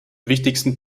wichtigsten